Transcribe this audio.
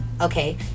Okay